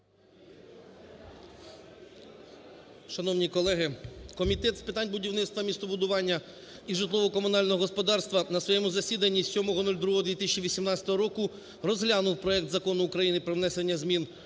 Шановні колеги, Комітету з питань будівництва, містобудування і житлово-комунального господарства на своєму засіданні 07.02.2018 року розглянув проект Закону України про внесення змін